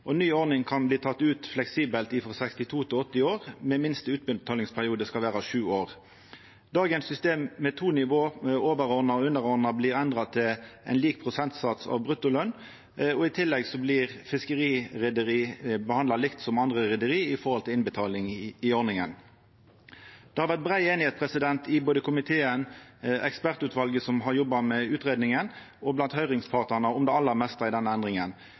ny ordning kan uttak skje fleksibelt frå 62 år til 80 år, men minste utbetalingsperiode skal vera sju år. Dagens system med to nivå, overordna og underordna, blir endra til ein lik prosentsats av bruttolønn. I tillegg blir fiskerirederi behandla likt med andre rederi når det gjeld innbetaling i ordninga. Det har vore brei einigheit i komiteen, i ekspertutvalet som har jobba med utgreiinga, og blant høyringspartane om det aller meste i denne endringa.